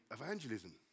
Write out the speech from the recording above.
evangelism